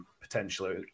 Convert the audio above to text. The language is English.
potentially